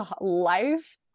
life